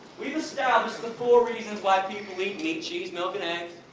we've established the four reasons why people eat meat, cheese, milk and eggs.